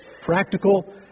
Practical